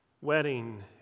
wedding